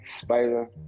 Spider